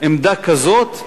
עמדה כזו,